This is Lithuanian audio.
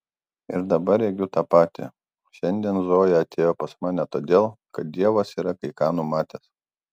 ir dabar regiu tą patį šiandien zoja atėjo pas mane todėl kad dievas yra kai ką numatęs